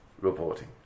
reporting